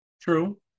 True